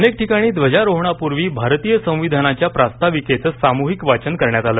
अनेक ठिकाणी ध्वजारोहणापूर्वी भारतीय संविधानाच्या प्रास्ताविकेचं सामूहिक वादन करण्यात आलं